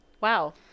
Wow